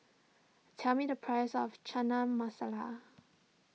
tell me the price of Chana Masala